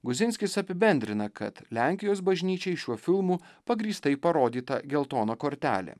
guzinskis apibendrina kad lenkijos bažnyčiai šiuo filmu pagrįstai parodyta geltona kortelė